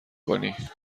کنی